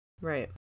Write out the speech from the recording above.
Right